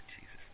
Jesus